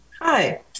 Hi